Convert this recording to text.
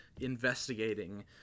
investigating